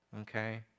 Okay